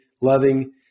loving